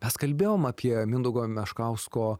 mes kalbėjom apie mindaugo meškausko